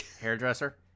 Hairdresser